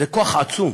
זה כוח עצום.